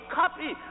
copy